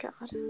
God